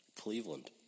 Cleveland